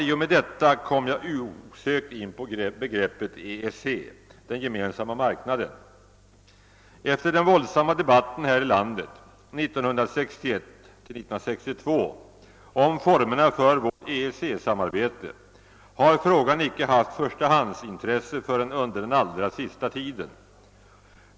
I och med detta kom jag osökt in på begreppet EEC, Gemensamma marknaden. Efter den våldsamma debatten här i landet 1961—1962 om formerna för vårt EEC-samarbete har frågan icke haft förstahandsintresse förrän under den allra sista tiden.